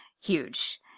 huge